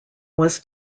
was